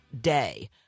day